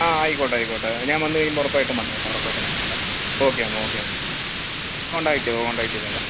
ആ ആയിക്കോട്ടെ ആയിക്കോട്ടെ ഞാൻ വന്നു കഴിയുമ്പോൾ ഉറപ്പായിട്ടും വന്നേക്കാം ഉറപ്പായിട്ടും വന്നേക്കാം ഓക്കെ എന്നാൽ ഓക്കെ എന്നാൽ കോൺടാക്റ്റ് ചെയ്തോളാം കോൺടാക്റ്റ് ചെയ്തേക്കാം